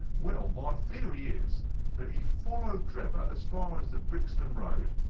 well, my theory is that he followed drebber as far as the brixton road.